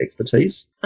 expertise